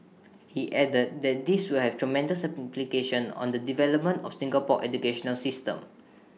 he added that this will have tremendous implications on the development of Singapore's educational system